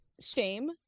Shame